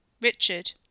Richard